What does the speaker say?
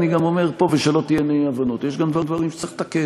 אני גם אומר פה ושלא תהיינה אי-הבנות: יש גם דברים שצריך לתקן.